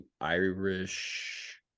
Irish